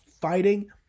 fighting